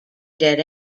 dead